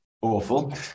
Awful